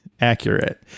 Accurate